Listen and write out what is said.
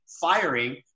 firing